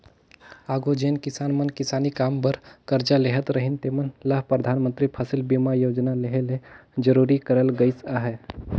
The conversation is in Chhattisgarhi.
आघु जेन किसान मन किसानी काम बर करजा लेहत रहिन तेमन ल परधानमंतरी फसिल बीमा योजना लेहे ले जरूरी करल गइस अहे